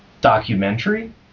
documentary